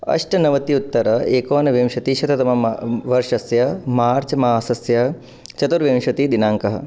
अष्टनवति उत्तर एकोनविंशतिशततम म वर्षस्य मार्च् मासस्य चतुर्विंशतिदिनाङ्कः